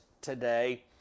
today